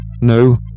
No